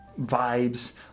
vibes